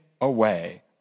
away